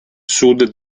sud